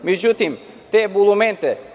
Međutim, te bulumente…